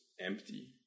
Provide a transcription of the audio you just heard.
Empty